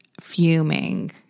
fuming